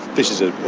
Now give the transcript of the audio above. this is a.